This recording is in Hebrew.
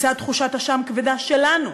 לצד תחושת אשם כבדה שלנו,